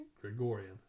Gregorian